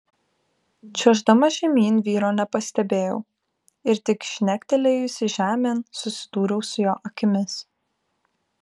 čiuoždama žemyn vyro nepastebėjau ir tik žnektelėjusi žemėn susidūriau su jo akimis